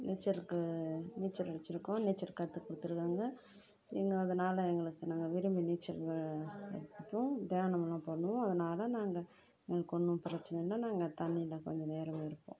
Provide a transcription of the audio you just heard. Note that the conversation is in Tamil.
நீச்சருக்கு நீச்சலடிச்சுருக்கோம் நீச்சல் கற்று கொடுத்துருக்காங்க எங்கள் அதனால் எங்களுக்கு நாங்கள் விரும்பி நீச்சல்கள் கற்றுப்போம் தியானமெல்லாம் பண்ணுவோம் அதனால் நாங்கள் எனக்கு ஒன்றும் பிரச்சனை இல்லை நாங்கள் தண்ணில கொஞ்ச நேரம் இருப்போம்